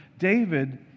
David